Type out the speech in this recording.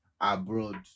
abroad